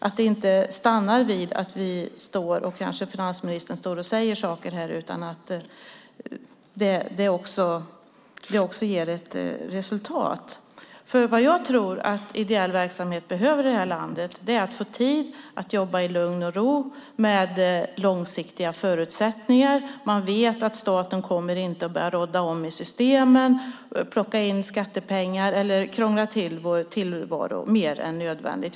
Det får inte stanna vid att vi och kanske också finansministern står här och säger saker utan det också ger resultat. Vad jag tror att ideell verksamhet i vårt land behöver är dels att få tid för att i lugn och ro jobba med långsiktiga förutsättningar, dels veta att staten inte börjar rådda i systemen och plockar in skattepengar eller krånglar till tillvaron mer än nödvändigt.